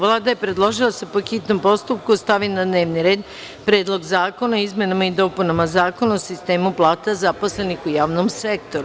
Vlada je predložila da se po hitnom postupku stavi na dnevni red – Predlog zakona o izmenama i dopunama Zakona o sistemu plata zaposlenih u javnom sektoru.